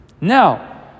Now